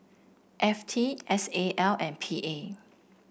F T S A L and P A